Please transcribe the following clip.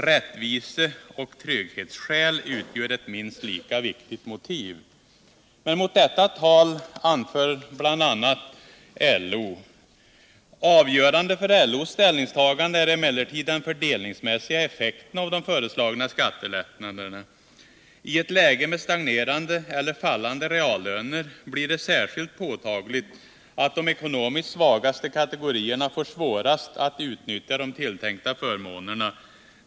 Rättvise och trygghetsskäl utgör ett minst lika viktigt motiv.” Mot detta tal anför bl.a. LO: ”Avgörande för LO:s ställningstagande är emellertid den fördelningsmässiga effekten av de föreslagna skattelättnaderna. I ett läge med stagnerande eller fallande reallöner blir det särskilt påtagligt att de ekonomiskt svagaste kategorierna får svårast att utnyttja de tilltänkta förmånerna.